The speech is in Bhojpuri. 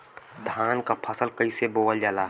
धान क फसल कईसे बोवल जाला?